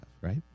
right